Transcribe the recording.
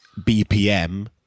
BPM